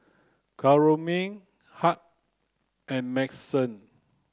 Carolyne Hank and Madyson